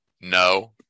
No